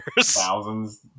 Thousands